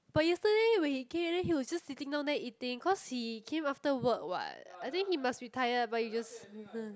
but yesterday when he came then he was just sitting down there eating cause he came after work what I think he must be tired but he just